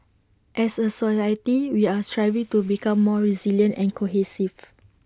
as A society we are striving to become more resilient and cohesive